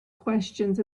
questions